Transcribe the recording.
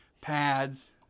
pads